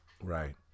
Right